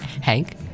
Hank